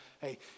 Hey